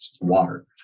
water